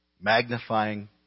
Magnifying